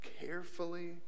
carefully